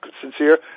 sincere